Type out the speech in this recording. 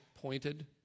pointed